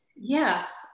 Yes